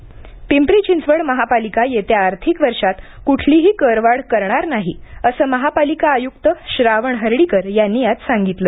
करवाढ पिंपरी चिंचवड महापालिका येत्या आर्थिक वर्षात कुठलीही करवाढ करणार नाही असं महापालिका आयुकत श्रावण हर्डीकर यांनी आज सांगितलं